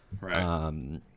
Right